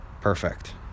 Perfect